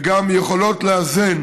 וגם יכולות לאזן